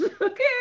okay